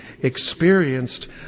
experienced